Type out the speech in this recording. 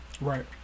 Right